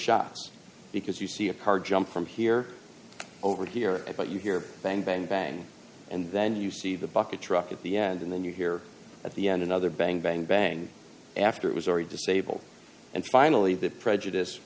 shots because you see a car jump from here over here but you hear bang bang bang and then you see the bucket truck at the end and then you hear at the end another bang bang bang after it was already disabled and finally the prejudice